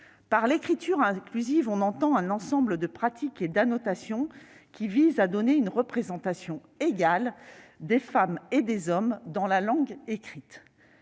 Par l'écriture inclusive, on entend un ensemble de pratiques et d'annotations qui vise à donner une représentation égale des femmes et des hommes dans la langue écrite.